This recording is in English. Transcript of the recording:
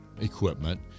equipment